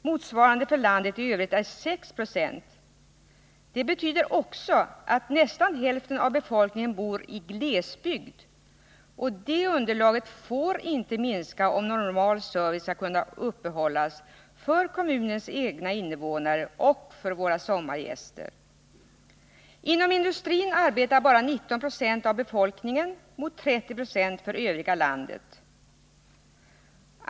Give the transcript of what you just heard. Motsvarande siffra för landet i övrigt är 6 90. Det betyder också att nästan hälften av befolkningen bor i glesbygd, och det befolkningsunderlaget får inte minska, om normal service skall kunna upprätthållas för kommunens egna invånare och för våra sommargäster. Bara 19 90 av befolkningen arbetar inom industrin mot 30 20 för övriga landet.